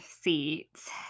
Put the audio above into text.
seats